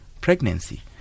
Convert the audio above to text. pregnancy